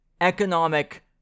economic